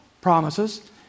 promises